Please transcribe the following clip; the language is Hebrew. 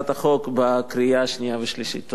הצעת החוק בקריאה השנייה והשלישית.